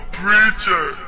preacher